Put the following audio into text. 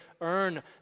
earn